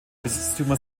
besitztümer